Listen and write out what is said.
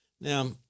Now